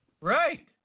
Right